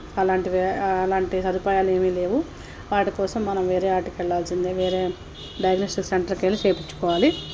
అలాంటివే అలాంటి సదుపాయాలు ఏమీ లేవు వాటి కోసం మనం వేరే వాటికి వెళ్ళాల్సిందే వేరే డయాగ్నోస్టిక్ సెంటర్కి వెళ్ళి చేయించుకోవాలి